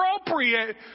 appropriate